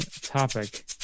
topic